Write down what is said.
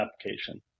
application